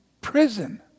prison